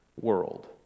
world